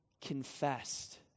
confessed